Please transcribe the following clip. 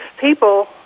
people